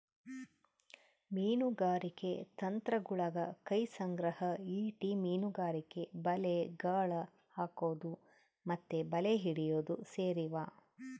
ಮೀನುಗಾರಿಕೆ ತಂತ್ರಗುಳಗ ಕೈ ಸಂಗ್ರಹ, ಈಟಿ ಮೀನುಗಾರಿಕೆ, ಬಲೆ, ಗಾಳ ಹಾಕೊದು ಮತ್ತೆ ಬಲೆ ಹಿಡಿಯೊದು ಸೇರಿವ